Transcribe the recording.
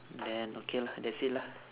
then okay lah that's it lah